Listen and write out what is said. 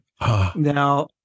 Now